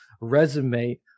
resume